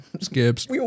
Skips